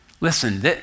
Listen